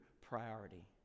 priority